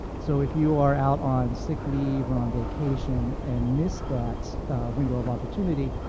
so if you are out on sick leave or on vacation and miss that window of opportunity,